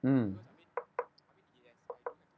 mm